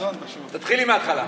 תתחילי מההתחלה.